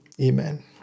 Amen